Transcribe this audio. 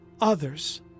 others